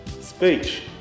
speech